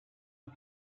los